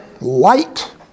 light